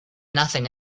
nothing